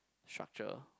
structure